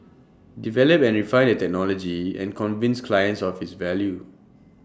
develop and refine the technology and convince clients of its value